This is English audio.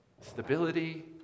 stability